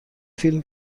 فیلم